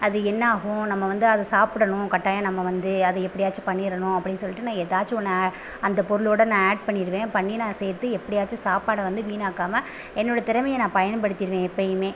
அது என்ன ஆகும் நம்ம வந்து அதை சாப்பிடணும் கட்டாயம் நம்ம வந்து அதை எப்படியாச்சும் பண்ணிரணும் அப்படினு சொல்லிட்டு நான் ஏதாச்சும் ஒன்று ஆ அந்த பொருளோடய நான் ஆட் பண்ணிருவேன் பண்ணி நான் சேர்த்து எப்படியாச்சும் சாப்பாடை வந்து வீணாக்காமல் என்னோடய திறமையை நான் பயன்படுத்திடுவேன் எப்போயுமே